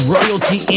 Royalty